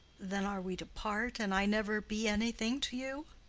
then are we to part and i never be anything to you?